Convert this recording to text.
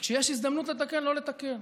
וכשיש הזדמנות לתקן, לא לתקן.